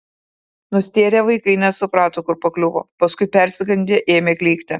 nustėrę vaikai nesuprato kur pakliuvo paskui persigandę ėmė klykti